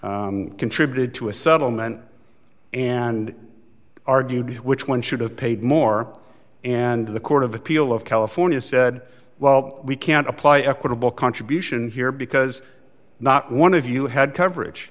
companies contributed to a settlement and argued which one should have paid more and the court of appeal of california said well we can't apply equitable contribution here because not one of you had coverage